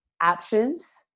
options